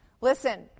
listen